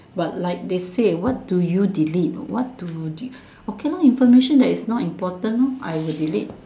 but like they say what do you delete what do you okay lah information that is not important lor I will delete